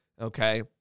okay